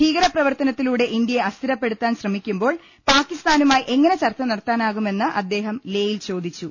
ഭീകര പ്രവർത്തന ത്തിലൂടെ ഇന്ത്യയെ അസ്ഥിരപ്പെടുത്താൻ ശ്രമിക്കുമ്പോൾ പാക്കി സ്ഥാനുമായി എങ്ങനെ ചർച്ച നടത്താനാകുമെന്ന് അദ്ദേഹം ലേയിൽ ചോദിച്ചു